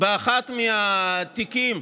באחד מהתיקים,